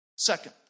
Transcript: Second